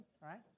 right